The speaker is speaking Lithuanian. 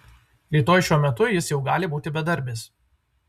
rytoj šiuo metu jis jau gali būti bedarbis